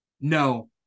no